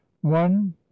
one